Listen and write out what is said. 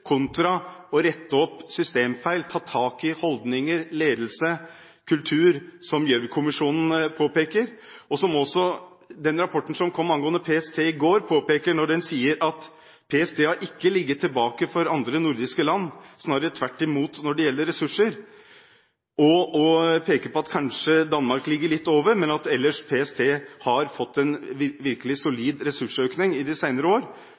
kontra å rette opp systemfeil, ta tak i holdninger, ledelse og kultur som Gjørv-kommisjonen påpeker, og som også den rapporten som kom om PST i går påpeker, at PST ikke har ligget tilbake for andre nordiske land, snarere tvert imot, når det gjelder ressurser. Den peker på at kanskje Danmark ligger litt over, men at PST ellers har fått en virkelig solid ressursøkning i de senere år,